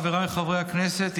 חבריי חברי הכנסת,